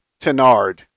Tenard